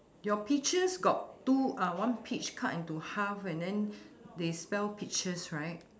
your peaches got two uh one peach cut into half and then they spell peaches right